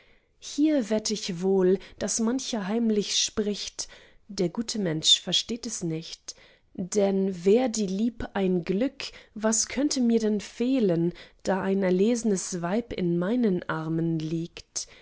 hier wett ich wohl daß mancher heimlich spricht der gute mensch versteht es nicht denn wär die lieb ein glück was könnte mir denn fehlen da ein erlesnes weib in meinen armen liegt